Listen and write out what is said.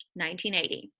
1980